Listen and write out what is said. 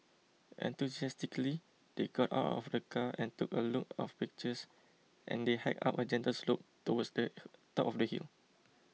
enthusiastically they got out of the car and took a lot of pictures and they hiked up a gentle slope towards the top of the hill